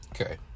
Okay